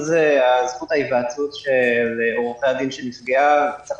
זכות ההיוועצות של עורכי הדין שנפגעה וצריך